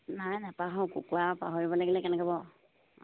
নাই নাপাহৰো কুকুৰা পাহৰিব লাগিলে কেনেকে বাৰু